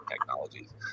technologies